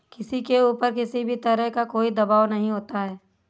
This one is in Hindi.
किसी के ऊपर किसी भी तरह का कोई दवाब नहीं होता है